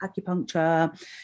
acupuncture